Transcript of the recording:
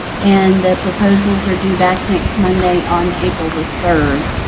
and the proposals are due back next monday on april the third,